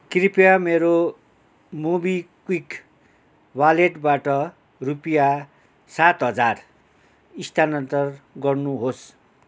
कृपया मेरो मोबिक्विक वालेटबाट रुपियाँ सात हजार स्थानान्तरण गर्नुहोस्